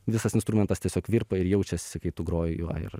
visas instrumentas tiesiog virpa ir jaučiasi kai tu groji juo ir